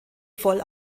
voll